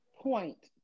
point